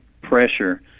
pressure